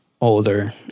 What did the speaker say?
Older